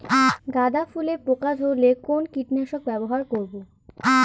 গাদা ফুলে পোকা ধরলে কোন কীটনাশক ব্যবহার করব?